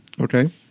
Okay